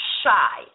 shy